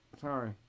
Sorry